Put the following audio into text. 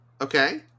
Okay